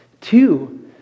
Two